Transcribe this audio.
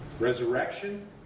resurrection